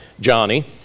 Johnny